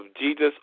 Jesus